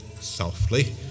softly